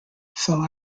fell